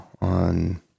on